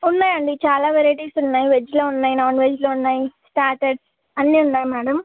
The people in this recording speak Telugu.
ఉన్నాయండి చాలా వెరైటీస్ ఉన్నాయి వెజ్లో ఉన్నాయి నాన్ వెజ్లో ఉన్నాయి స్టార్టర్స్ అన్నీ ఉన్నాయి మ్యాడమ్